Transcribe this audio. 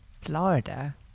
Florida